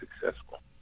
successful